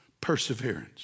perseverance